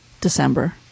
December